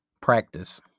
practice